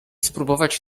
spróbować